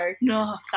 No